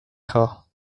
rare